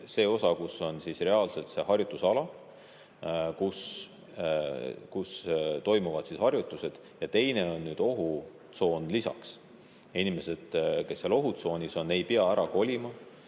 see osa, kus on reaalselt see harjutusala, kus toimuvad harjutused, ja teine on lisaks ohutsoon. Inimesed, kes seal ohutsoonis on, ei pea ära kolima,